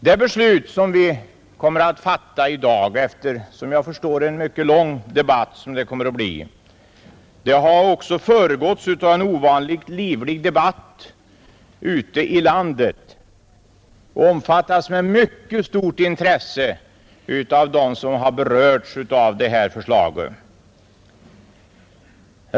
Det beslut som vi kommer att fatta i dag efter en mycket lång debatt, som jag förstår att det blir, har också föregåtts av en ovanligt livlig debatt ute i landet och omfattas med mycket stort intresse av dem som berörs av förslaget.